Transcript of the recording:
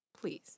Please